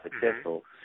successful